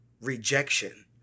rejection